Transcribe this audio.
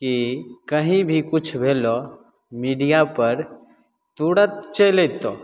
कि कहीँ भी किछु भेलऽ मीडिआपर तुरन्त चलि अएतऽ